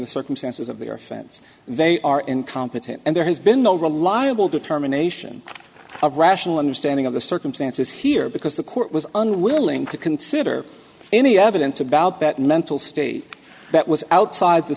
the circumstances of their friends they are incompetent and there has been no reliable determination of rational understanding of the circumstances here because the court was unwilling to consider any evidence about that mental state that was outside the